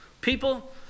People